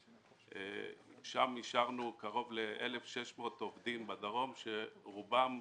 ושם אישרנו קרוב ל-1,600 עובדים בדרום שרובם,